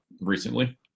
recently